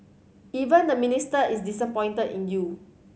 even the Minister is disappointed in you